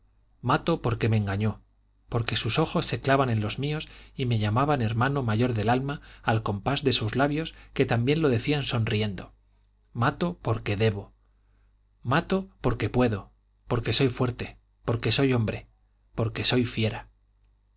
mato porque me engañó porque sus ojos se clavaban en los míos y me llamaban hermano mayor del alma al compás de sus labios que también lo decían sonriendo mato porque debo mato porque puedo porque soy fuerte porque soy hombre porque soy fiera